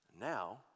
Now